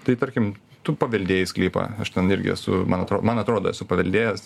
tai tarkim tu paveldėjai sklypą aš ten irgi esu man atro man atrodo esu paveldėjęs